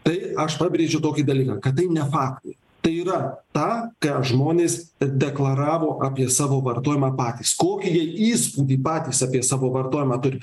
tai aš pabrėžiu tokį dalyką kad tai ne faktai tai yra tą ką žmonės deklaravo apie savo vartojimą patys kokį jie įspūdį patys apie savo vartojimą turi